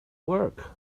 work